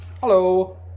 Hello